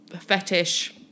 fetish